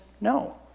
No